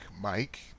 Mike